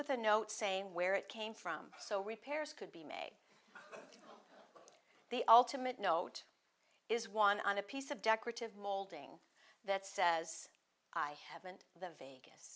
with a note saying where it came from so repairs could be made the ultimate note is one on a piece of decorative molding that says i haven't the v